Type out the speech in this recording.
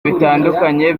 bitandukanye